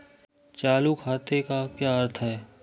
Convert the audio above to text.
चालू खाते का क्या अर्थ है?